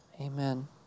Amen